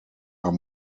are